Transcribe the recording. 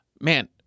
Man